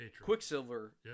Quicksilver